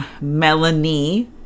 melanie